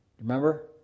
Remember